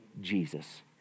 Jesus